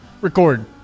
record